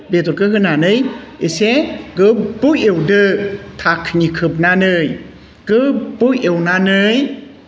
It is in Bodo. बेदरखौ होनानै एसे गोबाव एवदो धाखोनि खोबनानै गोबाव एवनानै